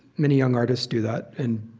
many young artists do that. and,